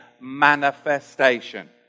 manifestation